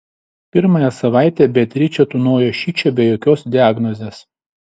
pirmąją savaitę beatričė tūnojo šičia be jokios diagnozės